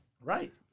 Right